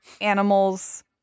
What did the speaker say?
animals